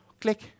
Click